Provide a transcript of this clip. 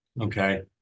Okay